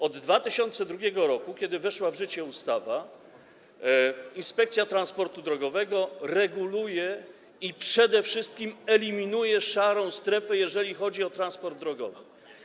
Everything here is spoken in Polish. Od 2002 r., kiedy weszła w życie ustawa, Inspekcja Transportu Drogowego reguluje to i przede wszystkim eliminuje szarą strefę, jeżeli chodzi o transport drogowy.